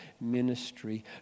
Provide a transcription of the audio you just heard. ministry